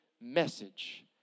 message